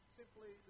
simply